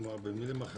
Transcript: כלומר, במילים אחרות.